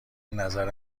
نظر